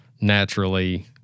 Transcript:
naturally